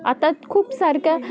आता खूप सारख्या